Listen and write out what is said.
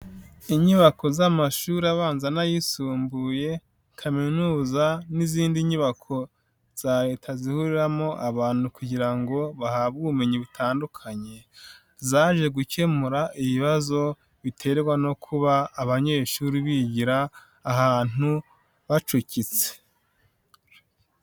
Inyubako z'amashuri abanza n'ayisumbuye, kaminuza n'izindi nyubako za leta zihuriramo abantu kugira ngo bahabwe ubumenyi butandukanye, zaje gukemura ibibazo biterwa no kuba abanyeshuri bigira ahantu bacucitse.